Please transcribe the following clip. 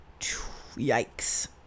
yikes